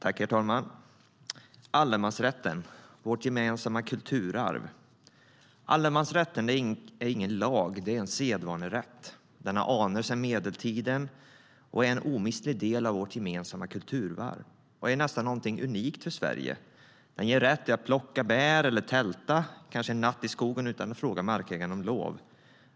Herr talman! Allemansrätten är vårt gemensamma kulturarv. Allemansrätten är ingen lag. Den är en sedvanerätt. Den har anor sedan medeltiden och är en omistlig del av vårt gemensamma kulturarv och något nästan unikt för Sverige. Den ger rätt till att plocka bär eller kanske tälta en natt i skogen utan att fråga markägaren om lov.